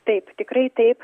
taip tikrai taip